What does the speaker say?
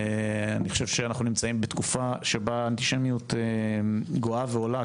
אני חושב שאנחנו נמצאים בתקופה שבה אנטישמיות גואה ועולה,